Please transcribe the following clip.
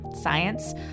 science